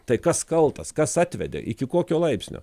tai kas kaltas kas atvedė iki kokio laipsnio